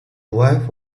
wife